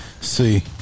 See